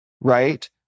right